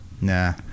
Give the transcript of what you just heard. Nah